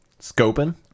Scoping